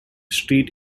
street